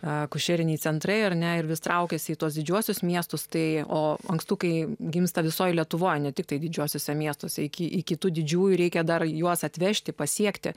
akušeriniai centrai ar ne ir vis traukiasi į tuos didžiuosius miestus tai o lankstukai gimsta visoje lietuvoje ne tiktai didžiuosiuose miestuose iki kitų didžiųjų reikia dar juos atvežti pasiekti